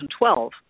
2012